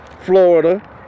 Florida